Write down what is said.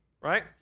right